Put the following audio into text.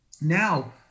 Now